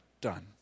done